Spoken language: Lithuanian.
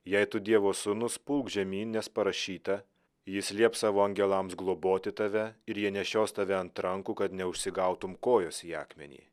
jei tu dievo sūnus pulk žemyn nes parašyta jis lieps savo angelams globoti tave ir jie nešios tave ant rankų kad neužsigautum kojos į akmenį